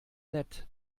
nett